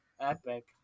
Epic